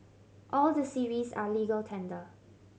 all the series are legal tender